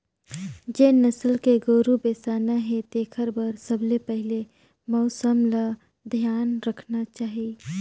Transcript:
जेन नसल के गोरु बेसाना हे तेखर बर सबले पहिले मउसम ल धियान रखना चाही